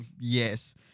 Yes